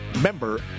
member